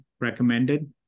recommended